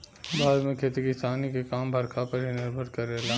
भारत में खेती किसानी के काम बरखा पर ही निर्भर करेला